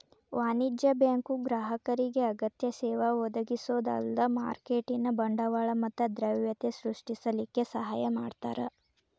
ವಾಣಿಜ್ಯ ಬ್ಯಾಂಕು ಗ್ರಾಹಕರಿಗೆ ಅಗತ್ಯ ಸೇವಾ ಒದಗಿಸೊದ ಅಲ್ದ ಮಾರ್ಕೆಟಿನ್ ಬಂಡವಾಳ ಮತ್ತ ದ್ರವ್ಯತೆ ಸೃಷ್ಟಿಸಲಿಕ್ಕೆ ಸಹಾಯ ಮಾಡ್ತಾರ